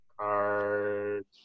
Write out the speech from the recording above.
cards